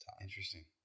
interesting